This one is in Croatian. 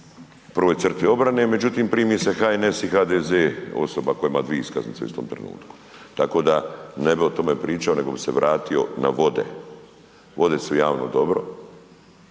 prvoj crti obrane, međutim primi se HNS i HDZ osoba koja ima dvije iskaznice u istom trenutku. Tako da ne bih o tome pričao nego bih se vratio na vode. Vode su javno dobro,